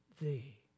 thee